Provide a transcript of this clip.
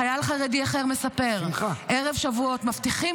חייל חרדי אחר מספר: ערב שבועות מבטיחים